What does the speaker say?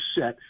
set